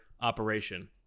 operation